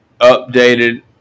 updated